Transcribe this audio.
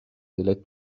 دلت